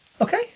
Okay